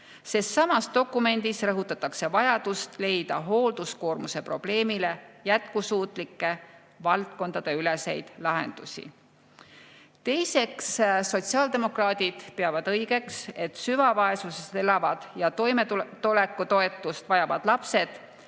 Selles samas dokumendis rõhutatakse vajadust leida hoolduskoormuse probleemile jätkusuutlikke valdkondadeüleseid lahendusi. Teiseks. Sotsiaaldemokraadid peavad õigeks, et süvavaesuses elavad ja toimetulekutoetust vajavad lapsed